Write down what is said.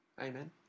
Amen